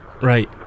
Right